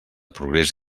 progrés